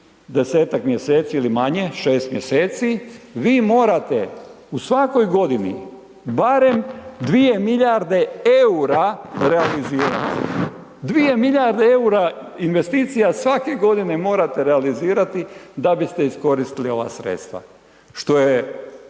i 10-ak mjeseci ili manje, 6 mj., vi morate u svakoj godini barem 2 milijarde eura realizirati, 2 milijarde eura investicija svake godine morate realizirati da biste iskoristili ova sredstva što je